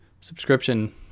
subscription